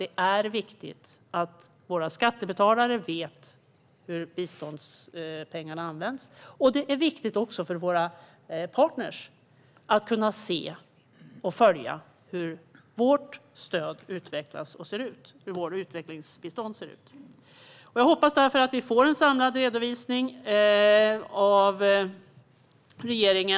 Det är viktigt att våra skattebetalare vet hur biståndspengarna används, och det är även viktigt för våra partner att kunna följa hur vårt utvecklingsbistånd ser ut och hur det utvecklas. Jag hoppas därför att vi får en samlad redovisning från regeringen.